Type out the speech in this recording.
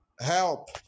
Help